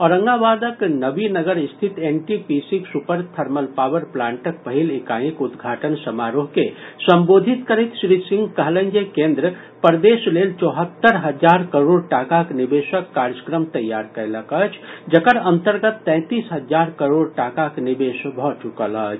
औरंगाबादक नवीनगर स्थित N T P C क super thermal power प्लांटक पहिल इकाईक उद्घाटन समारोह के संबोधित करैत श्री सिंह कहलनि जे केन्द्र प्रदेश लेल चौहत्तर हजार करोड़ टाकाक निवेशक कार्यक्रम तैयार कयलक अछि जकर अंतर्गत तैंतीस हजार करोड़ टाकाक निवेश भऽ चुकल अछि